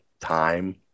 time